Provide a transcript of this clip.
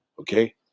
okay